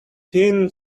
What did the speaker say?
thin